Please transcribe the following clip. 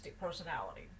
personality